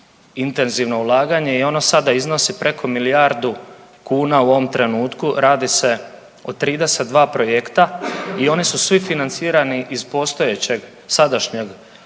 intenzivno ulaganje i ono sada iznosi preko milijardu kuna u ovom trenutku. Radi se o 32 projekta i oni su svi financirani iz postojećeg sadašnjeg još